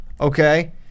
okay